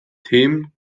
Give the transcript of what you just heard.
themen